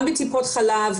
גם בטיפות חלב,